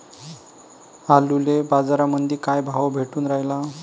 आलूले बाजारामंदी काय भाव भेटून रायला?